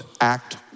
Act